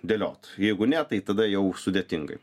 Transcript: dėliot jeigu ne tai tada jau sudėtingai